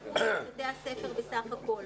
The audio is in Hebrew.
ב-2% מבתי הספר בסך הכול